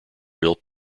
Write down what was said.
built